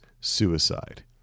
suicide